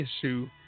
issue